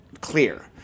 clear